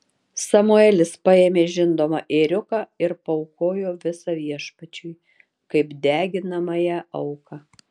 samuelis paėmė žindomą ėriuką ir paaukojo visą viešpačiui kaip deginamąją auką